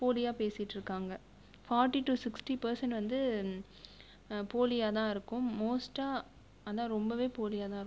போலியாக பேசிட்டு இருக்காங்க ஃபாட்டி டு சிக்ஸ்ட்டி பர்சன்ட் வந்து போலியாக தான் இருக்கும் மோஸ்ட்டாக அதான் ரொம்பவே போலியாக தான்